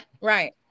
right